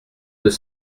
deux